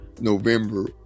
November